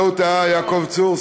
ושר החקלאות יעקב צור,